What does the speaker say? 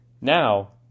now